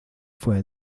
fue